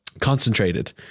concentrated